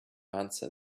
answer